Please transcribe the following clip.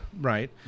right